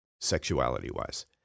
sexuality-wise